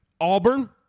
Auburn